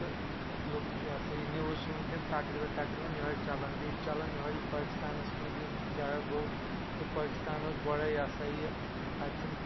تہٕ یوک یا سا یہِ نِوٕز چھِ وُنکٮ۪ن تقریباً تقریباً یہَے چَلان بیٚیہِ چھِ چلان یہَے پٲکِستانَس مَنٛز یہِ کیٛاہ گوٚو تہٕ پٲکستان اوس گۄڈے یا سا یہِ اَتہِ چھُ نہٕ